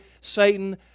Satan